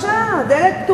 בבקשה, הדלת פתוחה.